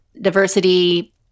diversity